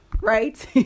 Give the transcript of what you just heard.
Right